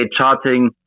charting